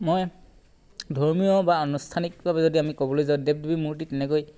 মই ধৰ্মীয় বা আনুষ্ঠানিকভাৱে যদি আমি ক'বলৈ যাওঁ দেৱ দেৱীৰ মূৰ্তিত তেনেকৈ